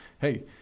hey